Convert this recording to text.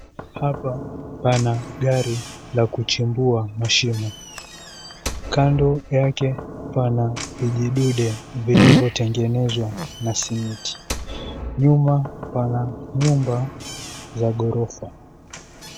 Hapa pana gari la kuchimbua mashimo. Kando yake, pana vijidude vilivyotengenezwa na simiti. Nyuma, pana nyumba za ghorofa.